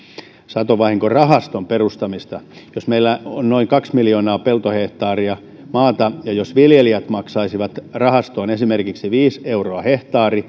satovahinkorahaston perustamista jos meillä on noin kaksi miljoonaa peltohehtaaria maata ja jos viljelijät maksaisivat rahastoon esimerkiksi viisi euroa hehtaarilta